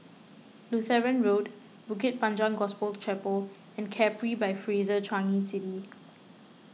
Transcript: Lutheran Road Bukit Panjang Gospel Chapel and Capri by Fraser Changi City